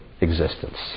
existence